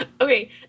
Okay